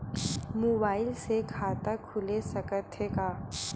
Mobile से खाता खुल सकथे का?